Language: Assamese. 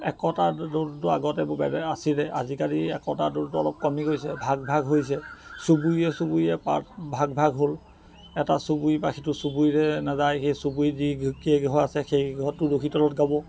একতা ডোলটো আগতে আছিলে আজিকালি একতা ডোলটো অলপ কমি গৈছে ভাগ ভাগ হৈছে চুবুৰীয়ে চুবুৰীয়ে পা ভাগ ভাগ হ'ল এটা চুবুৰীৰ পা সিটো চুবুৰীলৈ নাযায় সেই চুবুৰীত যিকেইঘৰ আছে সেইকেইঘৰৰ তুলসী তলত গাব